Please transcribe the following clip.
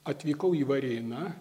atvykau į varėną